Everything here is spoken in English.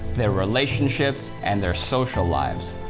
their relationships, and their social lives.